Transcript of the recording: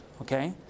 Okay